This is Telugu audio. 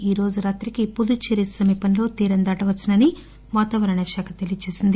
ఈ రోజు రాత్రికి పుదుచ్చేరి సమీపంలో తీరం దాటవచ్చని వాతావరణ శాఖ తెలిపింది